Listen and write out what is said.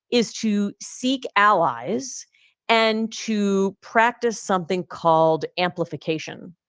is to seek allies and to practice something called amplification.